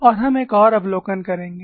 और हम एक और अवलोकन करेंगे